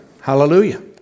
Hallelujah